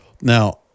Now